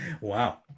wow